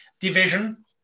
division